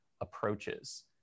approaches